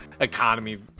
economy